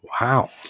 Wow